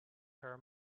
her